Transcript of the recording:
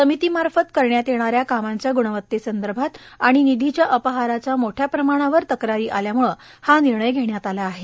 समितीमार्फत करण्यात येणाऱ्या कामांच्या गुणवत्तेसंदर्भात आणि निधीच्या अपहाराच्या मोठ्या प्रमाणावर तक्रारी आल्यामुळे हा निर्णय वेण्यात आला आहे